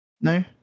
No